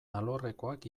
alorrekoak